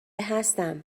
هستم